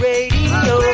Radio